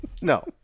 No